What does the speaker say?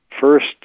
first